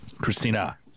christina